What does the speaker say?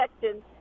protection